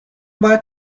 باید